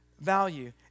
value